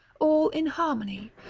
all in harmony,